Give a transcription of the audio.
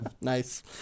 Nice